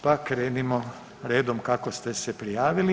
Pa krenimo redom, kako ste se prijavili.